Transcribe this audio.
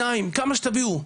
2 מיליון כמה שתביאו,